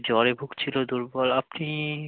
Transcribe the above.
জ্বরে ভুগছিলো দুর্বল আপনি